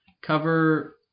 cover